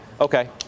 okay